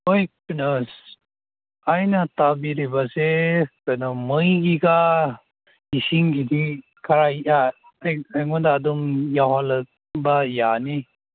ꯍꯣꯏ ꯀꯩꯅꯣ ꯑꯁ ꯑꯩꯅ ꯇꯥꯕꯤꯔꯤꯕꯁꯦ ꯀꯩꯅꯣ ꯃꯣꯏꯒꯤꯒ ꯏꯁꯤꯡꯒꯤꯗꯤ ꯈꯔ ꯑꯩ ꯑꯩꯉꯣꯟꯗ ꯑꯗꯨꯝ ꯌꯥꯎꯍꯟꯂꯛꯄ ꯌꯥꯅꯤ